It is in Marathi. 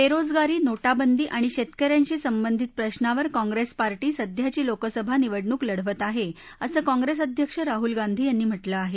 बेरोजगारी नोटाबंदी आणि शेतक यांशी संबंधित प्रश्नावर काँग्रेस पार्टी सध्याची लोकसभा निवडणूक लढवत आहे असं काँग्रेस अध्यक्ष राहुल गांधी यांनी म्हटलं आहे